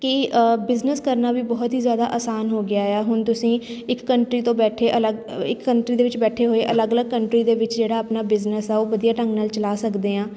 ਕਿ ਬਿਜ਼ਨਸ ਕਰਨਾ ਵੀ ਬਹੁਤ ਹੀ ਜ਼ਿਆਦਾ ਆਸਾਨ ਹੋ ਗਿਆ ਆ ਹੁਣ ਤੁਸੀਂ ਇੱਕ ਕੰਟਰੀ ਤੋਂ ਬੈਠੇ ਅਲੱਗ ਇੱਕ ਕੰਟਰੀ ਦੇ ਵਿੱਚ ਬੈਠੇ ਹੋਏ ਅਲੱਗ ਅਲੱਗ ਕੰਟਰੀ ਦੇ ਵਿੱਚ ਜਿਹੜਾ ਆਪਣਾ ਬਿਜ਼ਨਸ ਆ ਉਹ ਵਧੀਆ ਢੰਗ ਨਾਲ ਚਲਾ ਸਕਦੇ ਹਾਂ